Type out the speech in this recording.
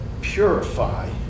purify